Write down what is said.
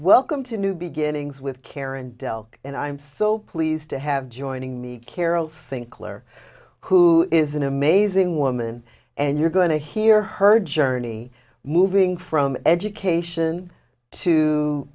welcome to new beginnings with karen dell and i'm so pleased to have joining me carol think claire who is an amazing woman and you're going to hear her journey moving from education to